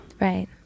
Right